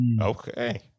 Okay